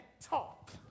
talk